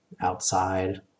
outside